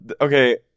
Okay